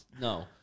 No